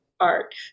art